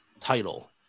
title